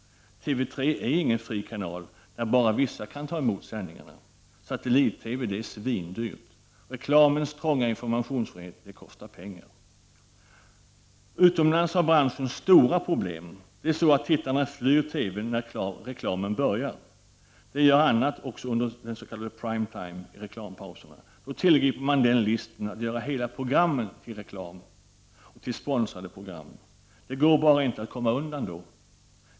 TV 3 är ingen fri kanal, när bara vissa kan ta emot sändningarna. Satellit-TV är svindyrt. Reklamens trånga informationsfrihet kostar pengar. Utomlands har branschen stora problem. Det är nämligen så att tittarna flyr TV:n när reklamen börjar. De gör annat i reklampauserna, också under den s.k. prime time. Då tillgriper man den listen att göra hela program till reklam och göra sponsrade program. Det går bara inte att komma undan.